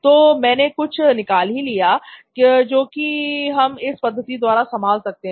तो मैंने कुछ निकाल ही लिया जो कि हम अपनी पद्धति द्वारा संभाल सकते हैं